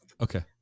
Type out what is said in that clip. Okay